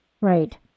Right